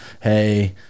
hey